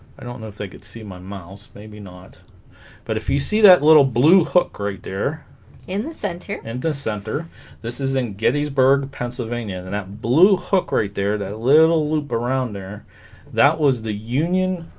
i don't know if they could see my mouse maybe not but if you see that little blue hook right there in the center in and the center this is in gettysburg pennsylvania and and that blue hook right there that little loop around there that was the union